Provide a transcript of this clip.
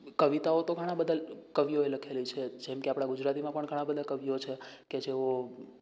કવિતાઓ તો ઘણાં બધાં કવિઓએ લખેલી છે જેમકે આપણા ગુજરાતીમાં પણ ઘણા બધા કવિઓ છે કે જેઓ